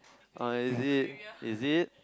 oh is it is it